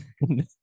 No